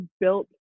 built